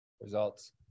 Results